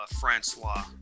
Francois